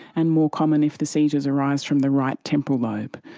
and more common if the seizures arise from the right temporal lobe.